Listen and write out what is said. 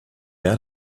out